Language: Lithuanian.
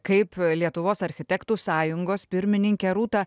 kaip lietuvos architektų sąjungos pirmininkę rūta